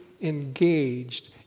engaged